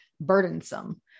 burdensome